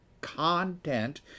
content